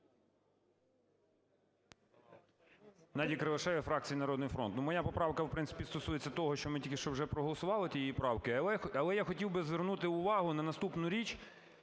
Геннадій Кривошея, фракція "Народний фронт". Моя поправка, в принципі, стосується того, що ми тільки що вже проголосували, тієї правки. Але я хотів би звернути увагу на наступну річ.